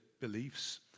beliefs